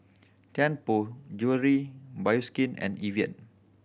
Tianpo Jewellery Bioskin and Evian